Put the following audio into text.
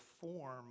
form